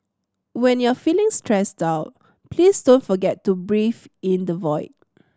when you are feeling stressed out please don't forget to breathe in the void